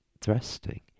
thrusting